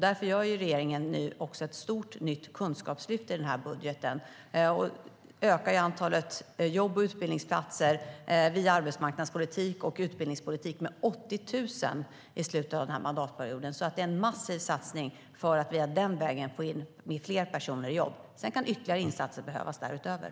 Därför gör regeringen ett stort, nytt kunskapslyft i budgeten och ökar via arbetsmarknadspolitiken och utbildningspolitiken antalet jobb och utbildningsplatser med 80 000 i slutet av mandatperioden, så det är en massiv satsning för att den vägen få in fler personer i jobb. Sedan kan ytterligare insatser behövas därutöver.